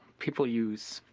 people use.